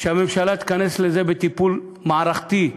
שהממשלה תיכנס לזה בטיפול מערכתי בין-משרדי,